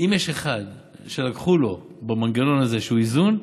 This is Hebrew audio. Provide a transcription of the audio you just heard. אם יש אחד שלקחו לו במנגנון הזה איזשהו איזון,